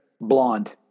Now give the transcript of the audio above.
blonde